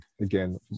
Again